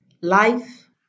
life